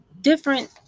different